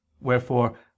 Wherefore